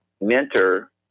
Mentor